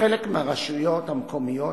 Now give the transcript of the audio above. בחלק מהרשויות המקומיות